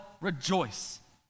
rejoice